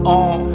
on